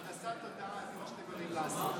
הנדסת תודעה, זה מה שאתם יודעים לעשות.